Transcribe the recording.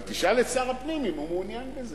אבל תשאל את שר הפנים אם הוא מעוניין בזה.